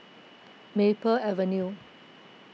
Maple Avenue